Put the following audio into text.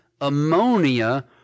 ammonia